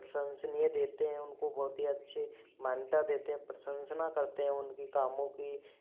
प्रशंसनीय देते हैं उनको बहुत ही अच्छी मान्यता देते हैं प्रशंसा करते हैं उनकी कामों की